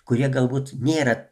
kurie galbūt nėra